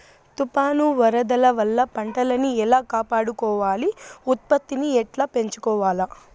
తుఫాను, వరదల వల్ల పంటలని ఎలా కాపాడుకోవాలి, ఉత్పత్తిని ఎట్లా పెంచుకోవాల?